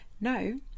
no